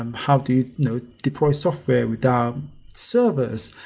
and how do you know deploy software without servers?